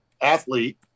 athlete